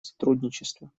сотрудничества